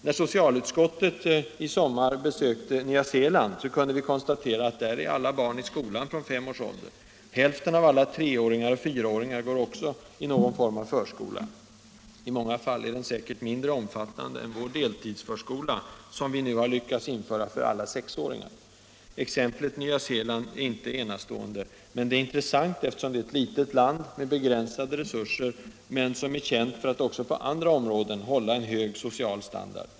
När socialutskottet i somras besökte Nya Zeeland kunde vi konstatera att där är alla barn i skolan från fem års ålder. Hälften av alla treoch fyraåringar går också i någon form av förskola. I många fall är den säkert mindre omfattande än vår deltidsförskola, som vi nu har lyckats införa för alla sexåringar. Exemplet Nya Zeeland är inte enastående, men det är intressant eftersom Nya Zeeland är ett litet land med begränsade resurser men känt för att också på andra områden hålla en hög social standard.